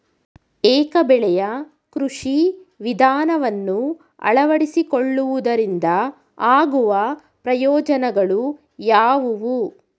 ಏಕ ಬೆಳೆಯ ಕೃಷಿ ವಿಧಾನವನ್ನು ಅಳವಡಿಸಿಕೊಳ್ಳುವುದರಿಂದ ಆಗುವ ಪ್ರಯೋಜನಗಳು ಯಾವುವು?